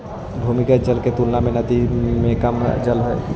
भूमिगत जल के तुलना में नदी में कम जल हई